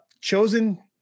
Chosen